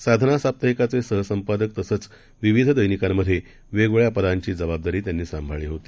साधना साप्ताहिकाचे सहसंपादक तसंच विविध दैनिकांमध्ये वगेगवेळ्या पदांची जबाबदारी त्यांनी सांभाळली होती